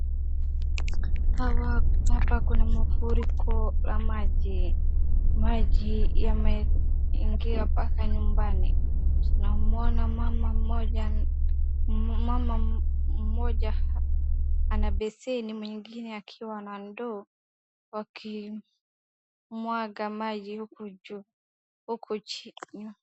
Hapa kuna mafuriko ya maji, maji yameingia paka nyumbani, tunamuona mama mmoja, mama mmoja ana beseni, mwingine akiwa na ndoo, wakimwaga maji huku juu, huku chini.